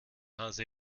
hase